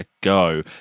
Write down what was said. go